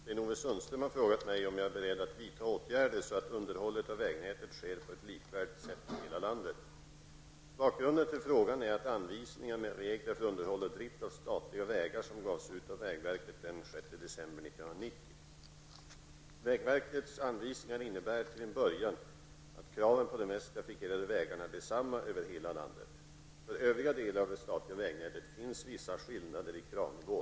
Herr talman! Sten-Ove Sundström har frågat mig om jag är beredd att vidta åtgärder, så att underhållet av vägnätet sker på ett likvärdigt sätt i hela landet. Bakgrunden till frågan är de anvisningar med regler för underhåll och drift av statliga vägar som gavs ut av vägverket den 6 december 1990. Vägverkets anvisningar innebär till en början att kraven på de mest trafikerade vägarna är desamma över hela landet. För övriga delar av det statliga vägnätet finns vissa skillnader i kravnivån.